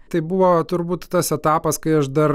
tai buvo turbūt tas etapas kai aš dar